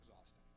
exhausting